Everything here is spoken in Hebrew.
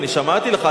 אני שמעתי לך.